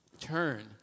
Turn